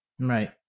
Right